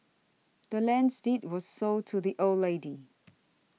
the land's deed was sold to the old lady